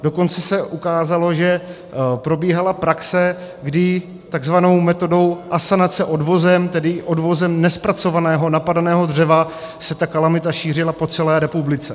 Dokonce se ukázalo, že probíhala praxe, kdy tzv. metodou asanace odvozem, tedy odvozem nezpracovaného napadeného dřeva, se ta kalamita šířila po celé republice.